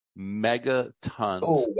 megatons